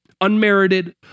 unmerited